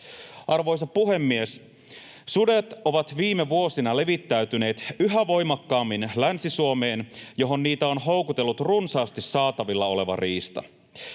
Arvoisa puhemies! Sudet ovat viime vuosina levittäytyneet yhä voimakkaammin Länsi-Suomeen, johon niitä on houkutellut runsaasti saatavilla oleva riista.